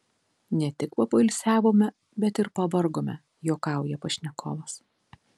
ne tik papoilsiavome bet ir pavargome juokauja pašnekovas